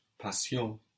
Passion